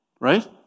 Right